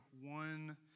one